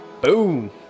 Boom